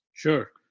Sure